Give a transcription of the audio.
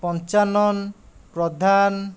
Panchanan Pradhan